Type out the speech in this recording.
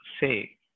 say